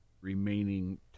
remaining